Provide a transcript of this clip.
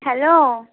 hello